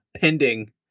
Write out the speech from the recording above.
pending